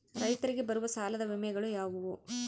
ರೈತರಿಗೆ ಬರುವ ಸಾಲದ ವಿಮೆಗಳು ಯಾವುವು?